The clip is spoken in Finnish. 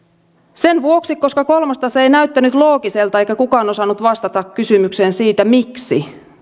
sen vuoksi että kolmas tase ei näyttänyt loogiselta eikä kukaan osannut vastata kysymykseen siitä miksi